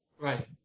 Right